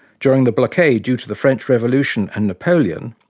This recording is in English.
during the blockade due to the french revolution and napoleon,